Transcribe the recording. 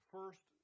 First